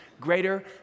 greater